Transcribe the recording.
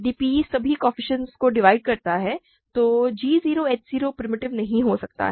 यदि p सभी coefficients को डिवाइड करता है तो g 0 h 0 प्रिमिटिव नहीं हो सकता